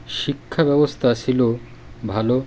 শিক্ষাব্যবস্থা ছিল ভালো